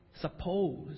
suppose